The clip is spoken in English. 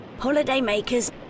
holidaymakers